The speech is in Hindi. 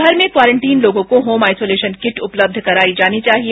घर में क्वारंटीन लोगों को होम आइसोलेशन किट उपलब्ध करायी जानी चाहिए